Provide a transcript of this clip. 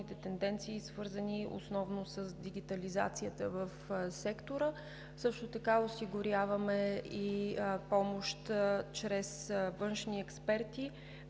тенденции, свързани основно с дигитализацията в сектора. Също така осигуряваме и помощ чрез външни експерти